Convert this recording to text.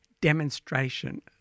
demonstration